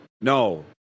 no